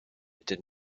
did